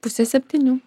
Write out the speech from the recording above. pusė septynių